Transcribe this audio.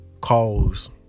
calls